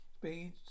Speed